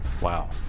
Wow